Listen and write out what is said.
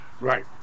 Right